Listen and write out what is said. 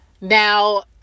Now